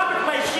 לא מתביישים?